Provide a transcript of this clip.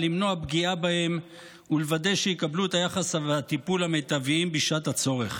למנוע פגיעה בהם ולוודא שיקבלו את היחס והטיפול המיטביים בשעת הצורך,